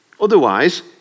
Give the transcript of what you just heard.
Otherwise